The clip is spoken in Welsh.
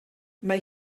mae